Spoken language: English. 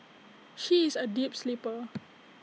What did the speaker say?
she is A deep sleeper